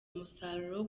umusaruro